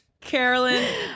Carolyn